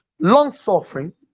long-suffering